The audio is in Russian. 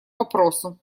вопросу